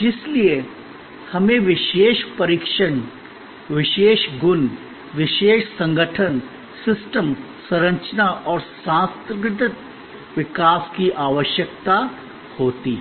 जिसके लिए हमें विशेष प्रशिक्षण विशेष गुण विशेष संगठन सिस्टम संरचना और सांस्कृतिक विकास की आवश्यकता होती है